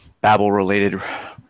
Babel-related